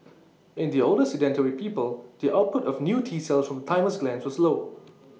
in the older sedentary people the output of new T cells from the thymus glands was low